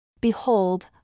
Behold